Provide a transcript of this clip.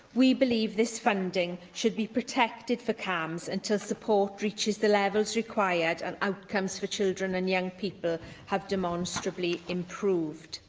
we believe this funding should be protected for camhs and until support reaches the levels required and outcomes for children and young people have demonstrably improved.